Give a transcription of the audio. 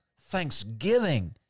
thanksgiving